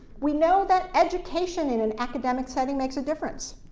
we know that education in an academic setting makes a difference.